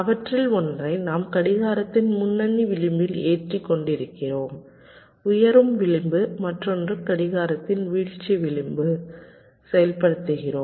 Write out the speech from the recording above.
அவற்றில் ஒன்றை நாம் கடிகாரத்தின் முன்னணி விளிம்பில் ஏற்றிக் கொண்டிருக்கிறோம் உயரும் விளிம்பு மற்றொன்றை கடிகாரத்தின் வீழ்ச்சி விளிம்பில் செயல்படுத்துகிறோம்